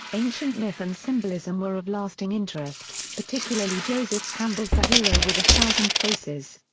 ancient myth and symbolism were of lasting interest, particularly joseph campbell's the hero with a thousand faces.